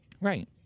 Right